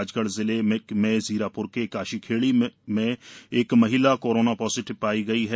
राजगढ़ जिले में जीरापुर के काशी खेड़ी की एक महिला कोरोना पॉजिटिव पाई गई है